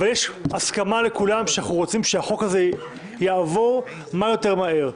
אבל יש הסכמה של כולם שאנחנו רוצים שהחוק הזה יעבור כמה שיותר מהר,